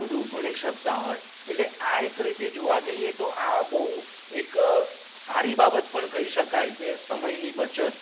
બધું ભણી શકતા હોય એટલે આ એક રીતે જોવા જઈએ તો આ બહુ એક સારી બાબત પણ કઈ શકાય કે સમયની બચત